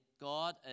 God